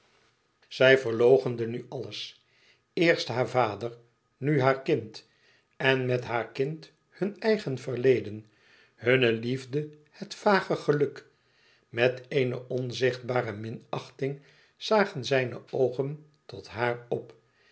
zij verloochende nu alles eerst haar vader nu haar kind en met haar kind hun eigen verleden hunne liefde het vage geluk met eene onzegbare minachting zagen zijne oogen tot haar op